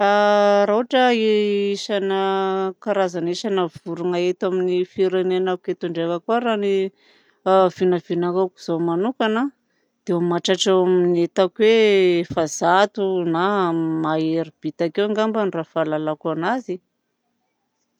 Raha ohatra isana karazana isana vorona eto amin'ny firenenako eto ndraika koa raha ny vinavinako zaho manokana dia mahatratra eo amin'ny ataoko hoe efajato eo na mahery bitaka eo ngambany raha ny fahalalako anazy.